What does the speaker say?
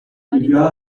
ariko